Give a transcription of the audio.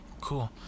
cool